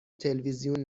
تلویزیون